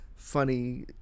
funny